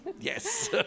Yes